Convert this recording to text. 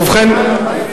זה נכון.